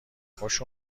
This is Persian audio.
خوش